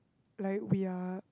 like we're